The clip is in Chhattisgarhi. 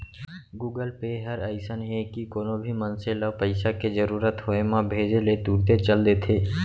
गुगल पे हर अइसन हे कि कोनो भी मनसे ल पइसा के जरूरत होय म भेजे ले तुरते चल देथे